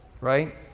right